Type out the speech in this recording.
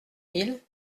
mille